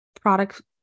products